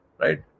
Right